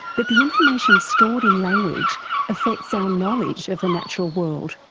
but the information stored in language affects our knowledge of the natural world.